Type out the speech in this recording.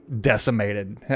decimated